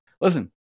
Listen